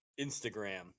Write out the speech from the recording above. instagram